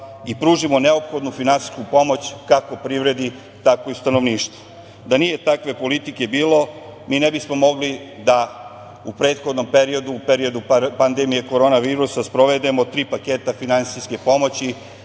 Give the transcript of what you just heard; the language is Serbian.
i pružimo neophodnu finansijsku pomoć, kako privredi, tako i stanovništvu. Da nije takve politike bilo, mi ne bismo mogli da u prethodnom periodu, u periodu pandemije korona virusa, sprovedemo tri paketa finansijske pomoći